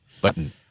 button